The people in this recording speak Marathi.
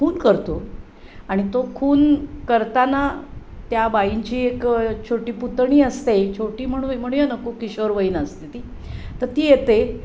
खून करतो आणि तो खून करताना त्या बाईंची एक छोटी पुतणी असते छोटी म्हणू म्हणूया नको किशोरवयीन असते ती तर ती येते